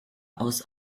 aus